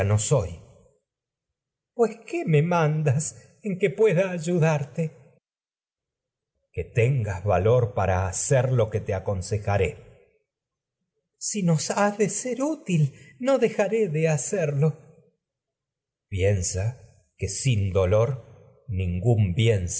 no soy crisótemis pues qué que pueda ayudarte electra que tengas valor para hacer lo que te aconsejaré crisótemis hacerlo si nos ha de ser útil no dejaré de electra canza piensa que sin dolor ningún bien